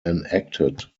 enacted